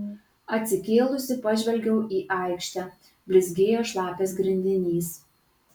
atsikėlusi pažvelgiau į aikštę blizgėjo šlapias grindinys